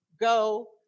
go